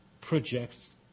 projects